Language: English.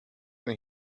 than